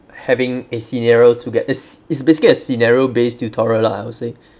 having a scenario to get it's it's basically a scenario based tutorial lah I would say